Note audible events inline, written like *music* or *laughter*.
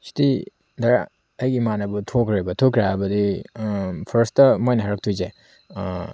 *unintelligible* ꯑꯩꯒꯤ ꯏꯃꯥꯅꯕ ꯊꯣꯛꯈ꯭ꯔꯦꯕ ꯊꯣꯛꯈ꯭ꯔꯦ ꯍꯥꯏꯕꯗꯤ ꯐꯥꯔ꯭ꯁꯇ ꯃꯣꯏꯅ ꯍꯥꯏꯔꯛꯇꯣꯏꯁꯦ